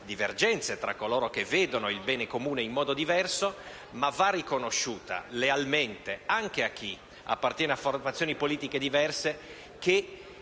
divergenze tra coloro che vedono il bene comune in modo diverso, ma va riconosciuto lealmente, anche a chi appartiene a formazioni politiche diverse, che